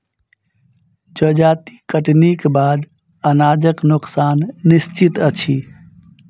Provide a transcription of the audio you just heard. जजाति कटनीक बाद अनाजक नोकसान निश्चित अछि